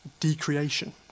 decreation